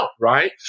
Right